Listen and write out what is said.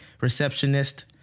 receptionist